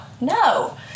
no